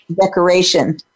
decoration